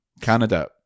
Canada